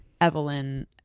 Evelyn